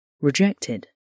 rejected